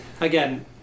again